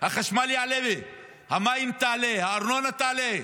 החשמל יעלה, המים יעלו, הארנונה תעלה,